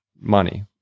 money